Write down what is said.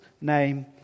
name